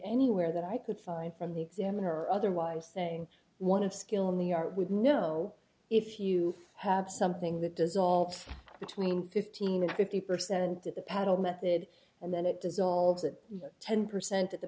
anywhere that i could find from the examiner otherwise saying one of skill in the art would know if you have something that dissolves between fifteen and fifty percent of the pedal method and then it dissolves at ten percent of the